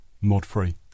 mod-free